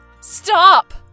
Stop